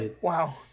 Wow